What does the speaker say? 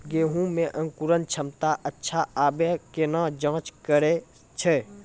गेहूँ मे अंकुरन क्षमता अच्छा आबे केना जाँच करैय छै?